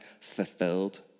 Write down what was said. fulfilled